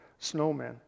Snowmen